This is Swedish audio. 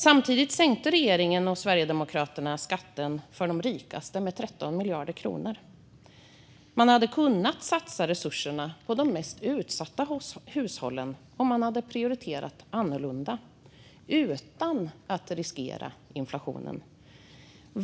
Samtidigt sänker regeringen och Sverigedemokraterna skatten för de rikaste med 13 miljarder kronor. Man hade kunnat satsa resurserna på de mest utsatta hushållen om man hade prioriterat annorlunda, utan att riskera inflationen.